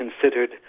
considered